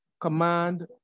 command